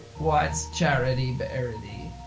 what's charity bearity?